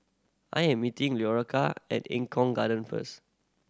I am meeting Leora at Eng Kong Garden first